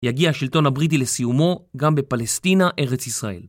יגיע השלטון הבריטי לסיומו גם בפלסטינה, ארץ ישראל.